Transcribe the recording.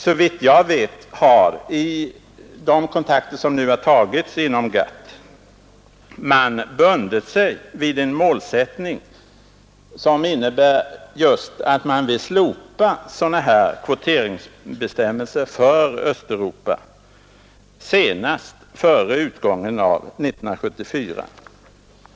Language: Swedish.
Såvitt jag vet har man vid de kontakter som nu tagits med östeuropeiska länder inom GATT bundit sig för en målsättning att just slopa sådana kvoteringsbestämmelser för Östeuropa senast före utgången av 1974.